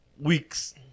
weeks